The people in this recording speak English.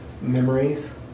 memories